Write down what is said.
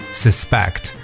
suspect